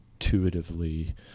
intuitively